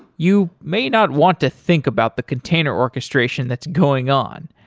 you may not want to think about the container orchestration that's going on.